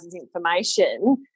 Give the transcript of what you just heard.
information